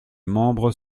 membres